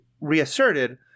reasserted